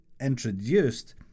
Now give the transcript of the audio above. introduced